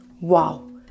Wow